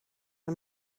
een